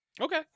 Okay